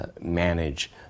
manage